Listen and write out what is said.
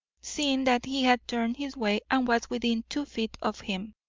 seeing that he had turned his way, and was within two feet of him.